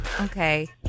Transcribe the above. Okay